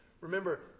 Remember